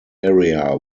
area